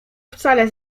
wcale